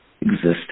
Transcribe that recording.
existence